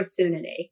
opportunity